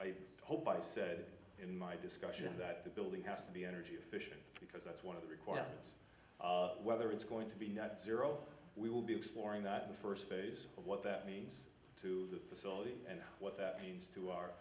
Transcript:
i hope i said in my discussion that the building has to be energy efficient because that's one of the requirements whether it's going to be not zero we will be exploring that the first phase of what that means to the facility and what that means to our